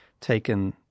taken